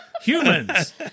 humans